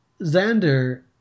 Xander